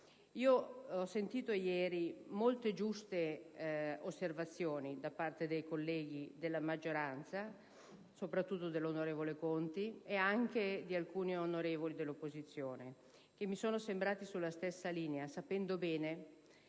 Ho sentito ieri osservazioni molto giuste da parte dei colleghi della maggioranza, soprattutto dal senatore Conti, ed anche di alcuni senatori dell'opposizione, che mi sono sembrati sulla stessa linea, sapendo bene che